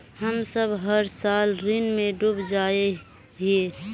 हम सब हर साल ऋण में डूब जाए हीये?